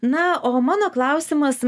na o mano klausimas